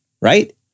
right